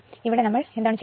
ഇവിടെ നമ്മൾ എന്താണ് ചെയുക